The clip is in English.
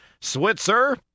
Switzer